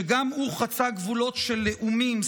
שגם הוא חצה גבולות של לאומים,